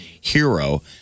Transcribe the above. hero